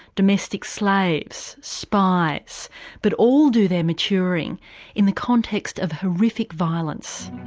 domestic slaves, spies but all do their maturing in the context of horrific violence.